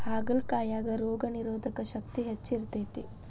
ಹಾಗಲಕಾಯಾಗ ರೋಗನಿರೋಧಕ ಶಕ್ತಿ ಹೆಚ್ಚ ಇರ್ತೈತಿ